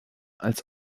als